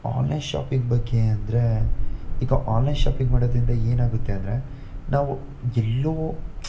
online shopping ಬಗ್ಗೆ ಅಂದರೆ ಈಗ ಆನ್ಲೈನ್ ಶಾಪಿಂಗ್ ಮಾಡೋದರಿಂದ ಏನಾಗುತ್ತೆ ಅಂದರೆ ನಾವು ಎಲ್ಲೋ